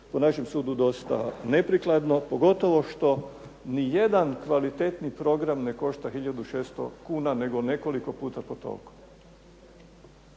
po našem sudu dosta neprikladno, pogotovo što ni jedan kvalitetni program ne košta 1600 kuna nego nekoliko puta po toliko.